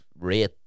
rate